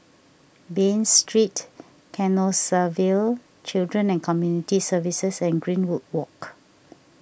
Bain Street Canossaville Children and Community Services and Greenwood Walk